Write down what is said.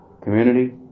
community